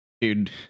Dude